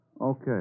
Okay